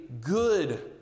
good